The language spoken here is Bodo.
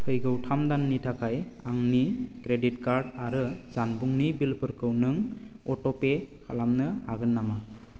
फैगौ थाम दाननि थाखाय आंनि क्रेडिट कार्ड आरो जानबुंनि बिलफोरखौ नों अट'पे खालामनो हागोन नामा